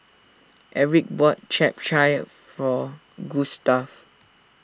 Erik bought Chap Chai for Gustave